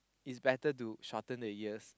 is better to shorten the years